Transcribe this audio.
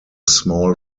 small